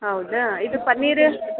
ಹೌದಾ ಇದು ಪನ್ನೀರು